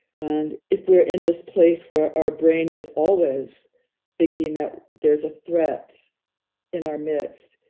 and if we're in this place where our brain is always thinking that there's a threat in our midst,